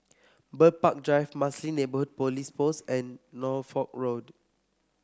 Bird Park Drive Marsiling Police Post and Norfolk Road